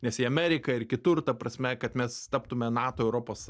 nes į ameriką ir kitur ta prasme kad mes taptume nato europos